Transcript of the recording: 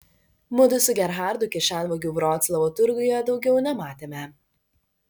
mudu su gerhardu kišenvagių vroclavo turguje daugiau nematėme